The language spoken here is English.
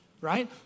right